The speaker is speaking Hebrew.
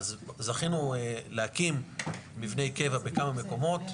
אז זכינו להקים מבנה קבע בכמה מקומות.